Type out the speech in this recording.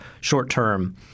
short-term